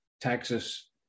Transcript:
Texas